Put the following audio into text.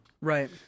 Right